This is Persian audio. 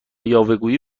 یاوهگویی